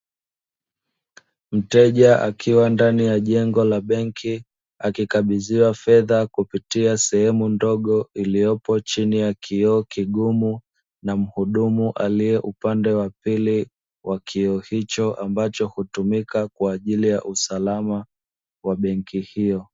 Mteja akiwa ndani ya jengo la benki akikabidhiwa fedha kupitia sehemu ndogo iliyopo chini ya kioo kigumu, na mhudumu aliye upande wa pili wa kioo hicho ambacho hutumika kwa ajili ya usalama wa benki hiyo.